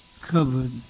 covered